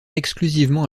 exclusivement